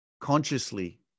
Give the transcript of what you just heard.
consciously